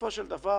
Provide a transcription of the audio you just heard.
בסופו של דבר,